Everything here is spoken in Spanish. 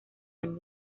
año